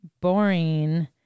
Boring